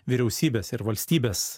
vyriausybės ir valstybės